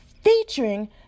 featuring